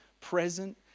present